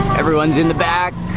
everyone's in the back.